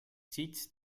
sitz